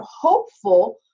hopeful